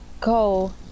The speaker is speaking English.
go